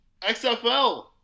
XFL